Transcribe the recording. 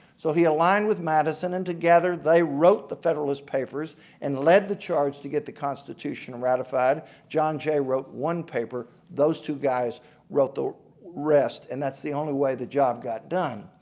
so he aligned with madison and together they wrote the federalist papers and led the charge to get the constitution ratified. john jay wrote one paper and those two guys wrote the rest, and that's the only way the job got done.